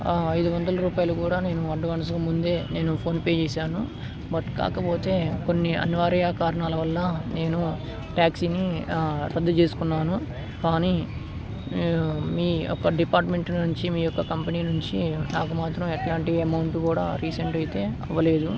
ఐదు వందల రూపాయలు కూడా నేను అడ్వాన్స్ ముందే నేను ఫోన్పే చేశాను బట్ కాకపోతే కొన్ని అనివార్య కారణాల వల్ల నేను ట్యాక్సీని రద్దు చేసుకున్నాను కానీ మీ యొక్క డిపార్ట్మెంట్ నుంచి మీ యొక్క కంపెనీ నుంచి నాకు మాత్రం ఎలాంటి అమౌంట్ కూడా రీఫండ్ అయితే అవ్వలేదు